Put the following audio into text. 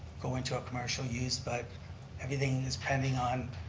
go into a commercial use but everything is pending on